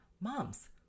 Moms